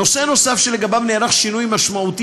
נושא נוסף שלגביו נערך שינוי משמעותי